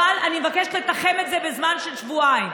אבל אני מבקשת לתחום את זה בזמן של שבועיים.